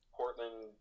Portland